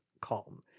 calm